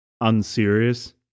unserious